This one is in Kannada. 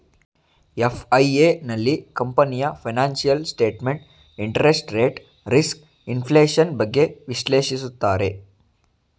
ಎಫ್.ಐ.ಎ, ನಲ್ಲಿ ಕಂಪನಿಯ financial statement, interest rate risk, inflation, ಬಗ್ಗೆ ವಿಶ್ಲೇಷಿಸುತ್ತಾರೆ